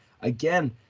Again